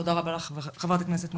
תודה רבה לך, חברת הכנסת מואטי.